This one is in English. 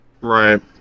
Right